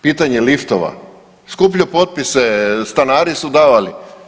Pitanje liftova, skuplja potpise, stanari su davali.